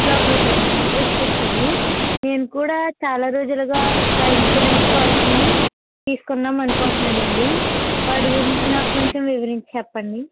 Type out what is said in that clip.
లోపలకి రండి వచ్చి కూర్చోండి నేను కూడా చాలా రోజులుగా ఒక ఇన్సురన్స్ పాలసీని తీసుకుందామనుకుంటున్నానండి వాటి గురించి నాకు కొంచం వివరించి చెప్పండి